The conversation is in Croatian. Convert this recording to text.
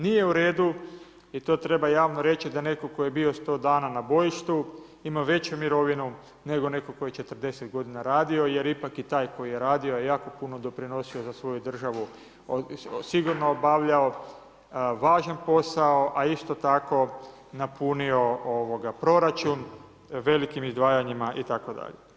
Nije u redu i to treba javno reći da netko tko je bio 100 dana na bojištu ima veću mirovinu nego netko tko je 40 godina radio, jer ipak i taj koji je radio je jako puno doprinosio za svoju državu, sigurno obavljao važan posao, a isto tako napunio proračun velikim izdvajanjima itd.